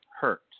hurt